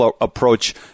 approach